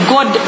God